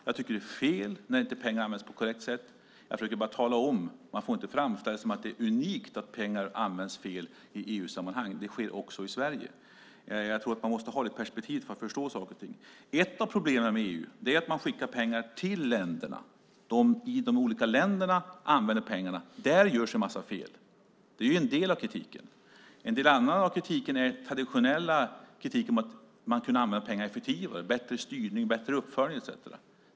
Jag tycker att det är fel när pengar inte används på ett korrekt sätt. Jag försökte bara tala om det. Man får inte framställa det som att det är unikt att pengar används fel i EU-sammanhang - det sker också i Sverige. Man måste ha det perspektivet för att förstå saker och ting. Ett av problemen med EU är att man skickar pengar till länderna, och det är när de olika länderna använder pengarna som det görs en massa fel. Det är en del av kritiken. En annan del av kritiken är det traditionella att man kunde använda pengarna effektivare och ha bättre styrning och uppföljning.